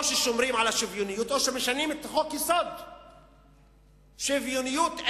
או ששומרים על שוויוניות או שמשנים את חוק-היסוד של השוויוניות,